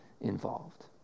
involved